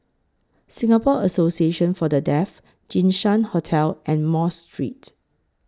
Singapore Association For The Deaf Jinshan Hotel and Mosque Street